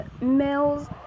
males